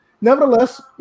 Nevertheless